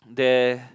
there